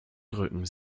drücken